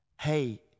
hey